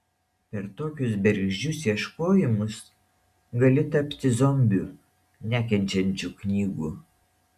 per tokius bergždžius ieškojimus gali tapti zombiu nekenčiančiu knygų